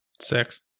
Six